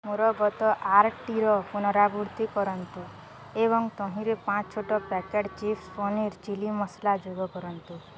ମୋର ଗତ ଆରଟିର ପୁନରାବୃତ୍ତି କରନ୍ତୁ ଏବଂ ତହିଁରେ ପାଞ୍ଚ ଛୋଟ packet Ching's paneer chilli masala ଯୋଗ କରନ୍ତୁ